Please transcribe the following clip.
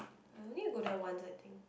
I only go there once I think